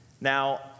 Now